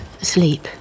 asleep